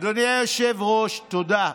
אדוני היושב-ראש, תודה.